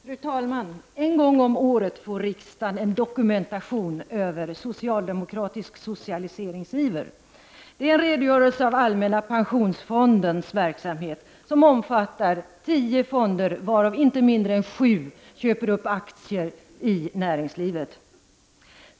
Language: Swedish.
Fru talman! En gång om året får riksdagen en dokumentation över socialdemokratisk socialiseringsiver. Det är en redogörelse för allmänna pensionsfondens verksamhet som omfattar tio statliga fonder, varav inte mindre än sju köper upp aktier i näringslivet.